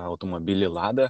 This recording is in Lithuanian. automobilį lada